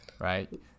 right